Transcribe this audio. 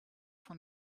von